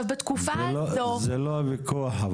זה לא הוויכוח.